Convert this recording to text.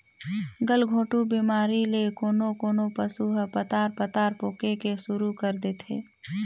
गलघोंटू बेमारी ले कोनों कोनों पसु ह पतार पतार पोके के सुरु कर देथे